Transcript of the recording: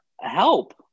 help